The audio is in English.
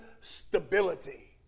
stability